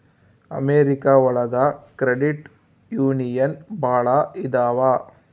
America ಒಳಗ credit union ಭಾಳ ಇದಾವ